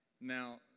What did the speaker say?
Now